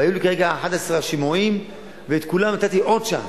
היו לי כרגע 11 שימועים ולכולם נתתי עוד צ'אנס.